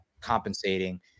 compensating